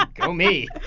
ah go me